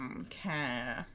Okay